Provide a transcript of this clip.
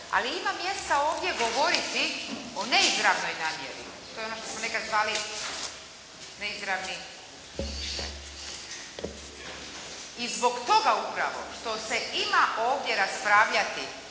ali ima mjesta ovdje govoriti o neizravnoj namjeri. To je ono što smo nekada zvali, neizravni. I zbog upravo, što se ima ovdje raspravljati